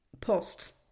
posts